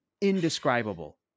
indescribable